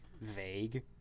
vague